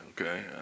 Okay